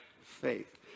faith